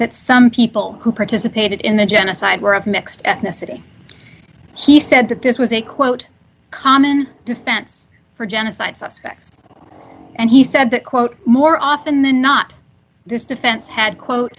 that some people who participated in the genocide were of mixed ethnicity he said that this was a quote common defense for genocide suspects and he said that quote more often than not this defense had quote